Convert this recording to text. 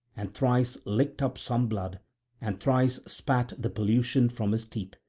and thrice licked up some blood and thrice spat the pollution from his teeth,